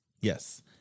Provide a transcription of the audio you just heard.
yes